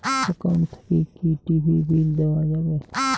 Account থাকি কি TV bill দেওয়া যাবে?